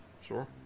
Sure